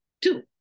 Two